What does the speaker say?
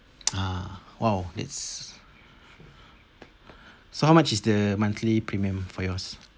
ah !wow! that's so how much is the monthly premium for yours